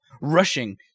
Rushing